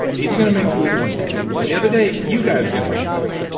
he's going to make food one day. and the other day, you guys are going to make food.